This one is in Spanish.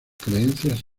creencias